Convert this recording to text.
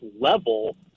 level